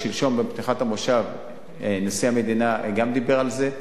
שלשום בפתיחת המושב נשיא המדינה דיבר על זה,